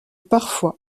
parfois